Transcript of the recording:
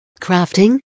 Crafting